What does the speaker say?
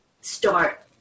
start –